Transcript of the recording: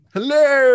Hello